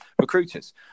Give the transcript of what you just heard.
recruiters